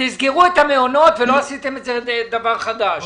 תסגרו את המעונות ולא עשיתם דבר חדש.